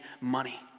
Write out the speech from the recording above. money